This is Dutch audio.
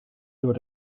door